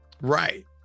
Right